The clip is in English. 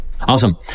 Awesome